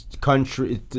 country